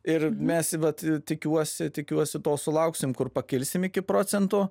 ir mes vat tikiuosi tikiuosi to sulauksim kur pakilsim iki procento